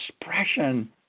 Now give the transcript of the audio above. expression